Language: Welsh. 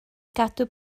gadw